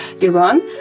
Iran